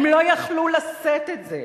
הם לא יכלו לשאת את זה,